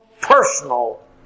personal